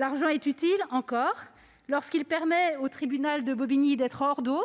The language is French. appartenez ; utile encore lorsqu'il permet au tribunal de Bobigny d'être hors d'eau